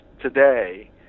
Today